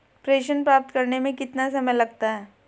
प्रेषण प्राप्त करने में कितना समय लगता है?